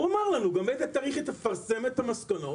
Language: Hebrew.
הוא אמר לנו המערכת תפרסם את המסקנות,